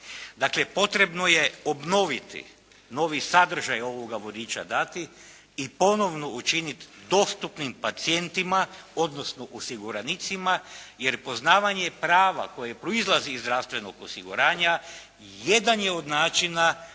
Dakle, potrebno je obnoviti novi sadržaj ovoga vodiča dati i ponovno učiniti dostupnim pacijentima odnosno osiguranicima jer poznavanje prava koje proizlazi iz zdravstvenog osiguranja jedan je od načina